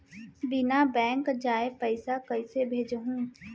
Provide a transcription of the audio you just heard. बिना बैंक जाये पइसा कइसे भेजहूँ?